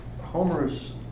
Homer's